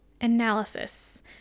analysis